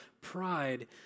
Pride